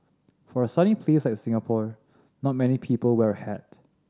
for a sunny place like Singapore not many people wear a hat